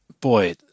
Boy